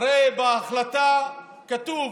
הרי בהחלטה כתוב: